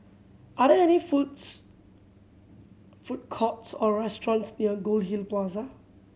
are there any foods food courts or restaurants near Goldhill Plaza